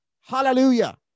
Hallelujah